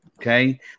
Okay